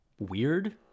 weird